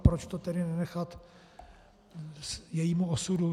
Proč to tedy nenechat jejímu osud.